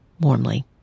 warmly